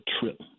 trip